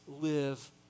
live